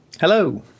Hello